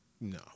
No